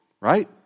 right